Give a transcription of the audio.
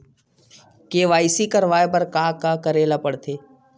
KYC करवाय बर का का करे ल पड़थे?